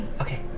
Okay